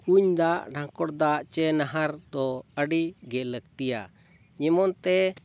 ᱠᱩᱧ ᱫᱟᱜ ᱰᱷᱟᱸᱠᱚᱲ ᱫᱟᱜ ᱪᱮ ᱱᱟᱦᱟᱨ ᱫᱚ ᱟᱹᱰᱤᱜᱮ ᱞᱟᱹᱠᱛᱤᱭᱟ ᱡᱮᱢᱚᱱ ᱛᱮ